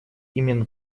именно